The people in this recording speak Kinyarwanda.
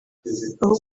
ahubwo